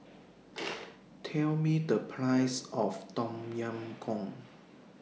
Tell Me The Price of Tom Yam Goong